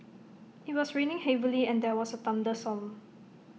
IT was raining heavily and there was A thunderstorm